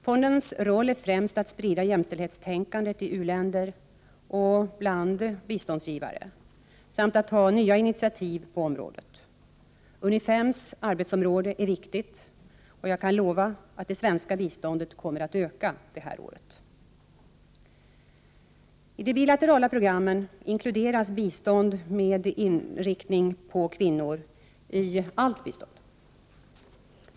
Fondens roll är främst att sprida jämtälldhetstänkande i u-länder och bland biståndsgivare samt att ta nya initiativ på området. UNIFEM:s arbetsområde är viktigt, och jag kan lova att det svenska biståndet kommer att öka detta år. I de bilaterala programmen inkluderas bistånd med inriktning på kvinnor i allt bistånd.